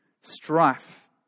Strife